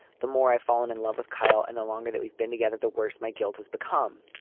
the more i've fallen in love with kyle and the longer that we've been together, the worse my guilt has become.